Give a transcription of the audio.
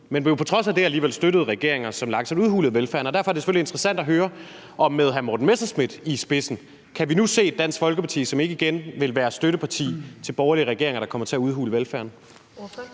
men har jo på trods af det alligevel støttet regeringer, som langsomt udhulede velfærden. Derfor er det selvfølgelig interessant at høre, om vi nu med hr. Morten Messerschmidt i spidsen kan se et Dansk Folkeparti, som ikke igen vil være støtteparti for borgerlige regeringer, der kommer til at udhule velfærden.